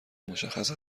مشخص